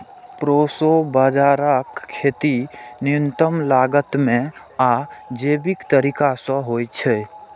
proso बाजाराक खेती न्यूनतम लागत मे आ जैविक तरीका सं होइ छै